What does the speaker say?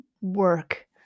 work